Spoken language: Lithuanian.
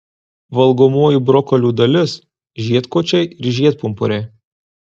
valgomoji brokolių dalis žiedkočiai ir žiedpumpuriai